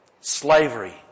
slavery